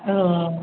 औ